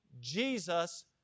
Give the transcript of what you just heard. Jesus